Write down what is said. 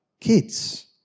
kids